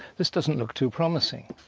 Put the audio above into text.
this doesn't look too promising.